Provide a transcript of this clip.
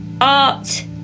art